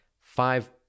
five